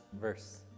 verse